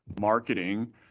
marketing